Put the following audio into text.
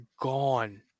gone